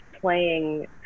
playing